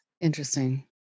Interesting